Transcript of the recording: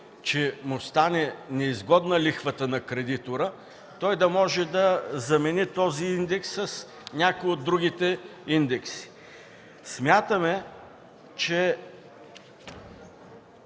стане неизгодна за кредитора, той да може да замени този индекс с някой от другите индекси. Смятаме, че